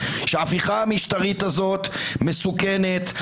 שההפיכה המשטרית הזאת מסוכנת,